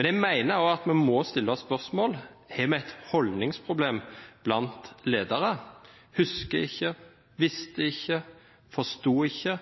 Jeg mener at vi må stille spørsmålet: Har vi et holdningsproblem blant ledere – husker ikke, visste ikke, forsto ikke?